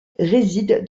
réside